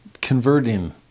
converting